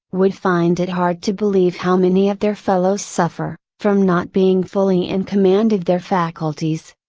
would find it hard to believe how many of their fellows suffer, from not being fully in command of their faculties,